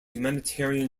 humanitarian